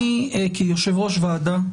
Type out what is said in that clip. אני, כיושב-ראש ועדה,